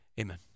Amen